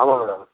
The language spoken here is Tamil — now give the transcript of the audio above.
ஆமாம் மேடம்